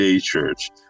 Church